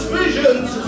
visions